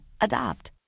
Adopt